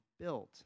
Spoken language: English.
built